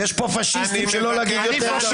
יש פה פשיסטים, שלא נגיד יותר רגוע.